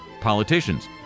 politicians